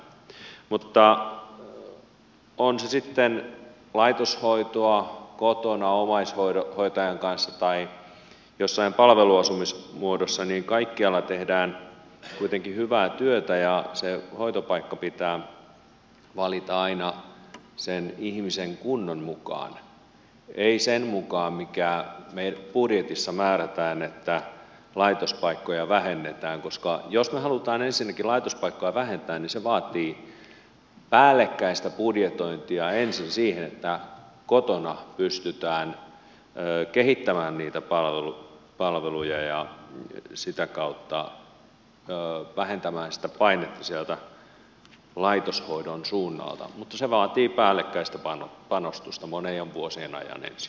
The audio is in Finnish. mutta on se sitten laitoshoitoa hoitoa kotona omaishoitajan kanssa tai jossain palveluasumismuodossa niin kaikkialla tehdään kuitenkin hyvää työtä ja se hoitopaikka pitää valita aina sen ihmisen kunnon mukaan ei sen mukaan mitä me budjetissa määräämme että laitospaikkoja vähennetään koska jos me haluamme ensinnäkin laitospaikkoja vähentää niin se vaatii päällekkäistä budjetointia ensin siihen että kotona pystytään kehittämään niitä palveluja ja sitä kautta vähentämään sitä painetta sieltä laitoshoidon suunnalta mutta se vaatii päällekkäistä panostusta monien vuosien ajan ensin